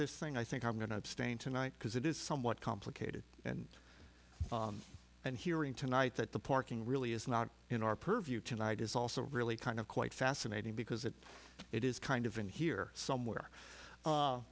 this thing i think i'm going to abstain tonight because it is somewhat complicated and and hearing tonight that the parking really is not in our purview tonight is also really kind of quite fascinating because it it is kind of in here somewhere